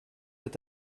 est